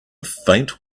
faint